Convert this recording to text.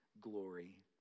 glory